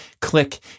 click